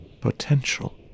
potential